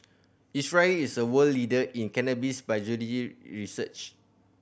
Israel is a world leader in cannabis biology research